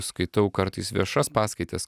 skaitau kartais viešas paskaitas